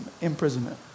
imprisonment